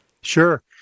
Sure